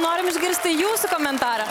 norim išgirsti jūsų komentarą